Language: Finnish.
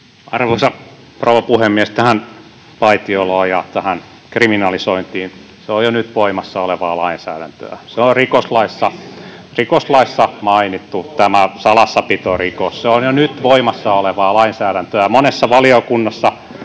Arvoisa rouva puhemies! Tähän vaitioloon ja kriminalisointiin. Se on jo nyt voimassa olevaa lainsäädäntöä, tämä salassapitorikos on rikoslaissa mainittu. Se on jo nyt voimassa olevaa lainsäädäntöä. Monessa valiokunnassa,